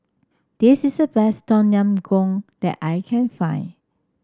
this is the best Tom Yam Goong that I can find